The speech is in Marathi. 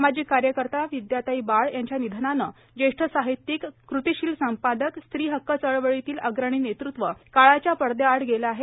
सामाजिक कार्यकर्त्या विद्याताई बाळ यांच्या निधनाने ज्येष्ठ साहित्यिक कृतिशील संपादक स्त्री हक्क चळवळीतील अग्रणी नेतृत्व काळाच्या पड्याआड गेलं आहे